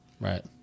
right